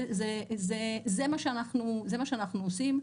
זה מה שאנחנו עושים,